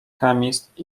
chemist